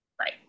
right